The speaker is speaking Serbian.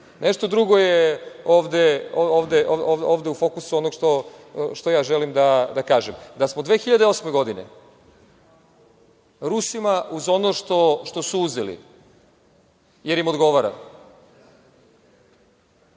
Nešto drugo je ovde u fokusu onoga što želim da kažem. Da smo 2008. godine Rusima uz ono što su uzeli, jer im odgovara,